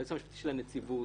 היועץ המשפטי של הנציבות,